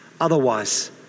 Otherwise